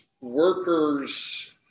Workers